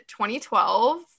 2012